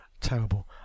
terrible